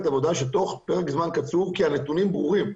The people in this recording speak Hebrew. עבודה שתוך פרק זמן קצוב כי הנתונים ברורים.